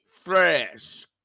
fresh